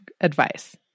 advice